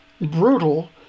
brutal